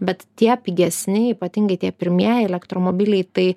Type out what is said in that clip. bet tie pigesni ypatingai tie pirmieji elektromobiliai tai